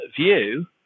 view